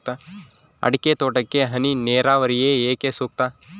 ಅಡಿಕೆ ತೋಟಕ್ಕೆ ಹನಿ ನೇರಾವರಿಯೇ ಏಕೆ ಸೂಕ್ತ?